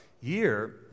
year